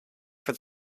for